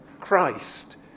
christ